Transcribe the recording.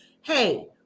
hey